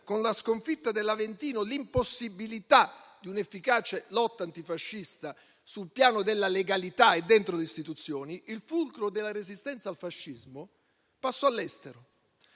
con la sconfitta dell'Aventino - l'impossibilità di un'efficace lotta antifascista sul piano della legalità e dentro le istituzioni, il fulcro della resistenza al fascismo passò all'estero,